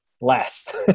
less